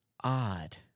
Odd